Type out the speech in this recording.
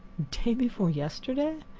day before yesterday,